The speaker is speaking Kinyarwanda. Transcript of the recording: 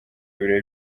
ibirori